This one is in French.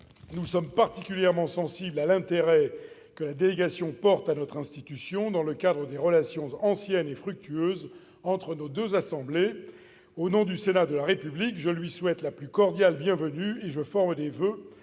Nous sommes particulièrement sensibles à l'intérêt que la délégation porte à notre institution dans le cadre des relations anciennes et fructueuses entre nos deux assemblées. Au nom du Sénat de la République, je lui souhaite la plus cordiale bienvenue et je forme des voeux